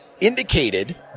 indicated